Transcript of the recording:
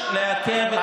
להלן תוצאות ההצבעה: בעד,